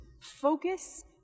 Focus